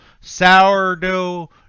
Sourdough